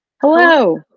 Hello